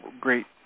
great